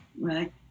right